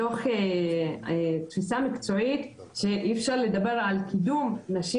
מתוך תפיסה מקצועית שאי אפשר לדבר על קידום נשים